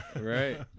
right